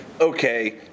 Okay